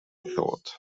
thought